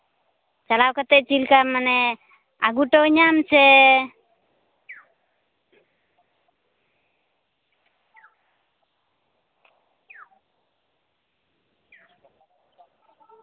ᱪᱟᱞᱟᱣ ᱠᱟᱛᱮᱫ ᱪᱮᱫᱞᱮᱠᱟ ᱢᱟᱱᱮ ᱟᱹᱜᱩ ᱦᱚᱴᱚᱣᱟᱹᱧᱟᱹᱢ ᱥᱮ